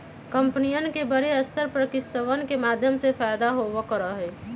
कम्पनियन के बडे स्तर पर किस्तवन के माध्यम से फयदा होवल करा हई